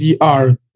DR